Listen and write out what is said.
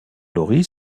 lori